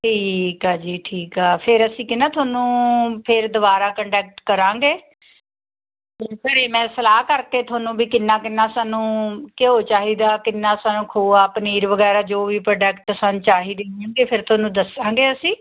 ਠੀਕ ਆ ਜੀ ਠੀਕ ਆ ਫਿਰ ਅਸੀਂ ਕਹਿੰਦੇ ਤੁਹਾਨੂੰ ਫਿਰ ਦੁਬਾਰਾ ਕੰਡਕਟ ਕਰਾਂਗੇ ਫਿਰ ਘਰ ਮੈਂ ਸਲਾਹ ਕਰਕੇ ਤੁਹਾਨੂੰ ਵੀ ਕਿੰਨਾ ਕਿੰਨਾ ਸਾਨੂੰ ਘਿਉ ਚਾਹੀਦਾ ਕਿੰਨਾ ਸਾਨੂੰ ਖੋਆ ਪਨੀਰ ਵਗੈਰਾ ਜੋ ਵੀ ਪ੍ਰੋਡਕਟ ਸਾਨੂੰ ਚਾਹੀਦੇ ਫਿਰ ਤੁਹਾਨੂੰ ਦੱਸਾਂਗੇ ਅਸੀਂ